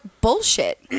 bullshit